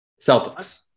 Celtics